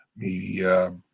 Media